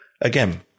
Again